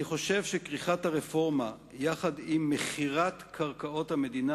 אני חושב שכריכת הרפורמה במכירת קרקעות המדינה